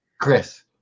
Chris